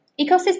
ecosystem